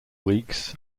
weeks